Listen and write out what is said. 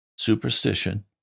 superstition